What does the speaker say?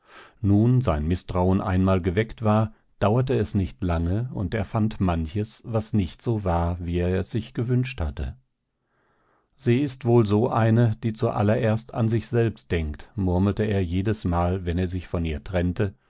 nun sein mißtrauen einmal geweckt war dauerte es nicht lange und er fand manches was nicht so war wie er es sich gewünscht hätte sie ist wohl so eine die zu allererst an sich selbst denkt murmelte er jedesmal wenn er sich von ihr trennte